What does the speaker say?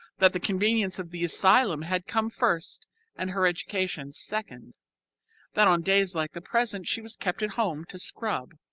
that the convenience of the asylum had come first and her education second that on days like the present she was kept at home to scrub.